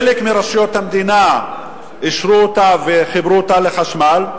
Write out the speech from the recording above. חלק מרשויות המדינה אישרו אותה וחיברו אותה לחשמל,